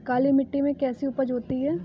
काली मिट्टी में कैसी उपज होती है?